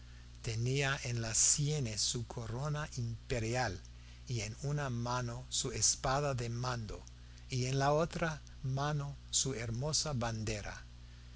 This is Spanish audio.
tenía en las sienes su corona imperial y en una mano su espada de mando y en la otra mano su hermosa bandera